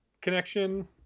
connection –